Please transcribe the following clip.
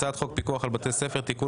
הצעת חוק פיקוח על בתי ספר (תיקון,